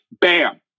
Bam